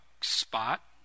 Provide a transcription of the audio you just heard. spot